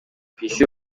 kw’isi